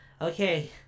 Okay